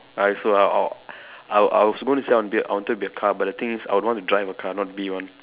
I also I orh I I was going to say I wanted be I wanted to be a car but the thing is I would want to drive a car not be one